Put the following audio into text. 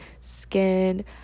skin